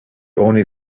only